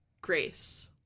Grace